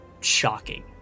shocking